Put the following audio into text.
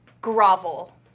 Grovel